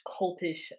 cultish